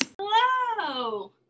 Hello